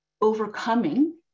Overcoming